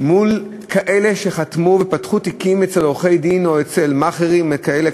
מול כאלה שחתמו ופתחו תיקים אצל עורכי-דין או אצל מאכערים כאלה,